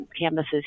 canvases